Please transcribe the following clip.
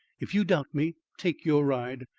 if you doubt me, take your ride.